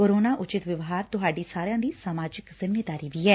corona ਉਚਿਤ ਵਿਵਹਾਰ ਤੁਹਾਡੀ ਸਮਾਜਿਕ ਜਿੰਮੇਵਾਰੀ ਵੀ ਐ